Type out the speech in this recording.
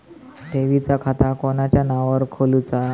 ठेवीचा खाता कोणाच्या नावार खोलूचा?